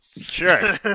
Sure